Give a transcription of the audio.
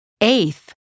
Eighth